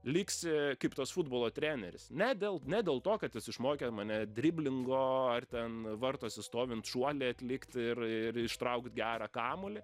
liksi kaip tas futbolo treneris ne dėl ne dėl to kad jis išmokė mane driblingo ar ten vartuose stovint šuolį atlikt ir ir ištraukt gerą kamuolį